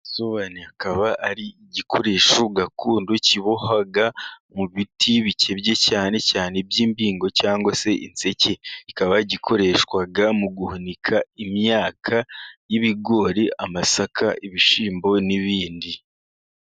Igisobane kikaba ari igikoresho gakondo, kibohwa mu biti bikebye cyane cyane iby'imbingo cyangwa se inseke, kikaba gikoreshwa mu guhunika imyaka y'ibigori, amasaka, ibishyimbo n'ibindi.